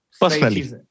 Personally